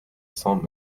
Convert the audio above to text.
cents